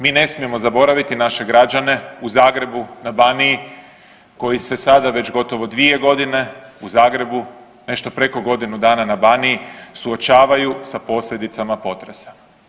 Mi ne smijemo zaboraviti naše građane u Zagrebu, na Baniji koji se sada već dvije godine u Zagrebu, nešto preko godinu dana na Baniji suočavaju sa posljedicama potresa.